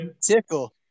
Tickle